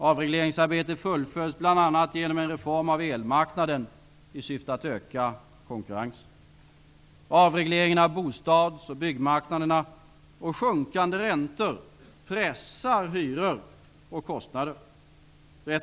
Avregleringsarbetet fullföljs bl.a. genom en reform av elmarknaden i syfte att öka konkurrensen. Avregleringen av bostads och byggmarknaderna och sjunkande räntor pressar hyror och kostnader.